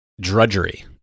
Drudgery